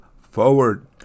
forward